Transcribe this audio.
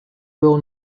well